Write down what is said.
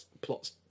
plots